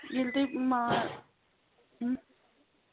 ییٚلہِ تُہۍ ما